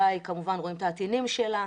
רואים את העטינים שלה.